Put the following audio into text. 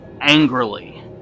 angrily